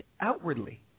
outwardly